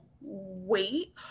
wait